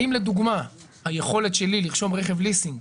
האם לדוגמה היכולת שלי לרשום רכב ליסינג